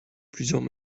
plusieurs